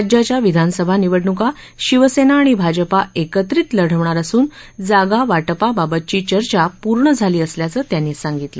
राज्याच्या विधानसभा निवडणूका शिवसेना आणि भाजपा एकत्रित लढवणार असून जागावाटपाबाबतची चर्चा पूर्ण झाली असल्याची त्यांनी सांगितलं